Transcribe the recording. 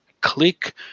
click